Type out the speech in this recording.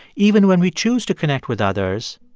even when we choose to connect with others,